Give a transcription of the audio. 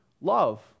love